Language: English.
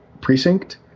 Precinct